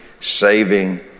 saving